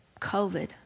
COVID